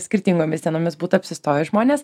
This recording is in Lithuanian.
skirtingomis dienomis būtų apsistoję žmonės